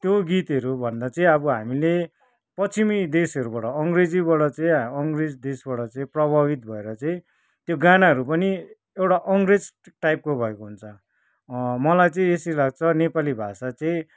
त्यो गीतहरू भन्दा चाहिँ अब हामिले पश्चिमी देशहरूबाट अङ्ग्रेजीबाट चाहिँ अङ्ग्रेज देशबाट चाहिँ प्रभावित भएर चाहिँ त्यो गानाहरू पनि एउटा अङ्ग्रेज टाइपको भएको हुन्छ मलाई चाहिँ यसरी लाग्छ नेपाली भाषा चाहिँ